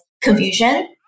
confusion